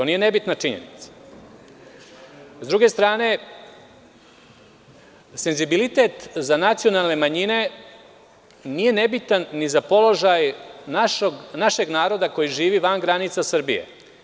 S druge strane, senzibilitet za nacionalne manjine nije nebitan ni za položaj našeg naroda koji živi van granica Srbije.